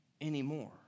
anymore